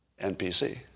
NPC